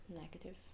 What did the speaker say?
negative